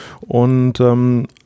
Und